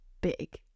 big